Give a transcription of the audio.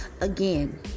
Again